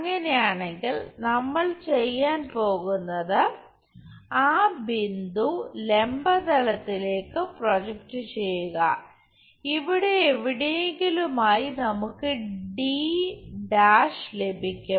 അങ്ങനെയാണെങ്കിൽ നമ്മൾ ചെയ്യാൻ പോകുന്നത് ഈ ബിന്ദു ലംബ തലത്തിലേക്ക് പ്രോജക്റ്റ് ചെയ്യുക ഇവിടെ എവിടെയെങ്കിലുമായി നമുക്ക് d' ലഭിക്കും